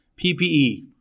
PPE